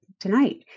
tonight